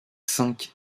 cinq